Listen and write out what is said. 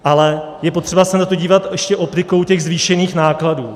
Ale je potřeba se na to dívat ještě optikou těch zvýšených nákladů.